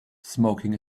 smoking